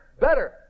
better